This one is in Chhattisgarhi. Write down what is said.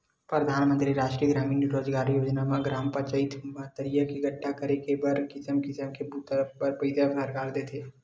परधानमंतरी रास्टीय गरामीन रोजगार योजना म ग्राम पचईत म तरिया गड्ढ़ा करे के बर किसम किसम के बूता बर पइसा सरकार देथे